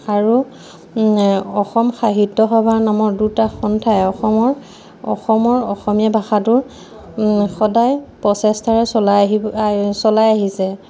আৰু অসম সাহিত্য সভা নামৰ দুটা সন্থাই অসমৰ অসমৰ অসমীয়া ভাষাটোৰ সদায় প্ৰচেষ্টাৰে চলাই আহিব চলাই আহিছে